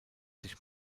sich